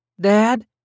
Dad